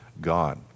God